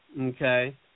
okay